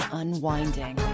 unwinding